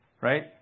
right